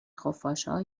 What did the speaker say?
خفاشها